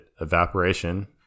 evaporation